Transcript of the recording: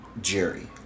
Jerry